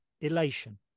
elation